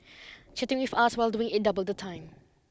chatting with us while doing it doubled the time